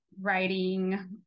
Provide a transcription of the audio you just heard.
writing